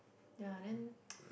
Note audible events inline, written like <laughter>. ya then <noise>